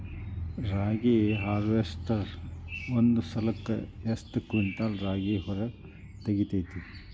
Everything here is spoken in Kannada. ರಾಗಿಯ ಹಾರ್ವೇಸ್ಟರ್ ಒಂದ್ ಸಲಕ್ಕ ಎಷ್ಟ್ ಕ್ವಿಂಟಾಲ್ ರಾಗಿ ಹೊರ ತೆಗಿತೈತಿ?